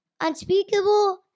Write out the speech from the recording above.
Unspeakable